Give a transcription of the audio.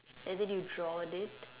amd then you draw on it